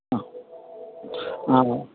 അ ആണോ